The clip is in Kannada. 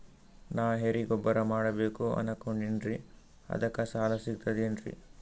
ನಾ ಎರಿಗೊಬ್ಬರ ಮಾಡಬೇಕು ಅನಕೊಂಡಿನ್ರಿ ಅದಕ ಸಾಲಾ ಸಿಗ್ತದೇನ್ರಿ?